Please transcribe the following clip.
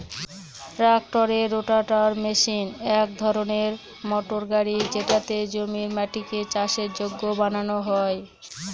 ট্রাক্টরের rotator machine এক ধরনের মোটর গাড়ি যেটাতে জমির মাটিকে চাষের যোগ্য বানানো হয়